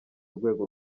rwego